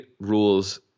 rules